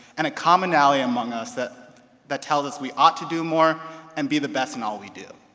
and a commonality among us that that tells us we ought to do more and be the best in all we do.